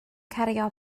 cario